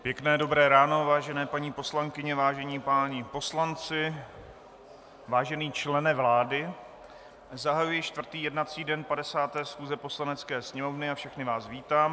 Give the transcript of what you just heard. Pěkné dobré ráno, vážené paní poslankyně, vážení páni poslanci, vážený člene vlády, zahajuji čtvrtý jednací den 50. schůze Poslanecké sněmovny a všechny vás vítám.